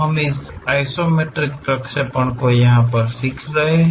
हम आइसोमेट्रिक प्रक्षेपण को सीख रहे हैं